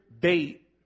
bait